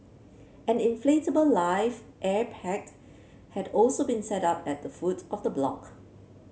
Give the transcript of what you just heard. an inflatable life air packed had also been set up at the foot of the block